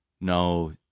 No